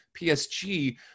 PSG